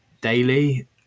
daily